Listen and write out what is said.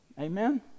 Amen